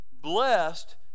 Blessed